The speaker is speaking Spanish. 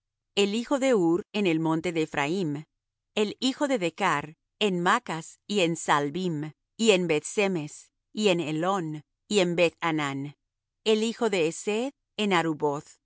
el hijo de hur en el monte de ephraim el hijo de decar en maccas y en saalbim y en beth-semes y en elón y en beth hanan el hijo de hesed en aruboth